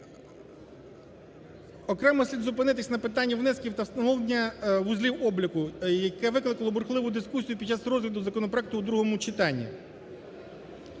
Окремо слід зупинитися на питанні внесків та встановлення вузлів обліку, яке викликало бурхливу дискусію під час розгляду законопроекту у другому читанні.